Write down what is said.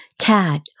cat